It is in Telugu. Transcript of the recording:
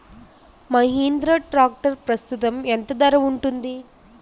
మహీంద్రా ట్రాక్టర్ ప్రస్తుతం ఎంత ధర ఉంది?